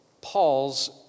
Paul's